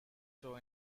show